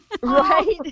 Right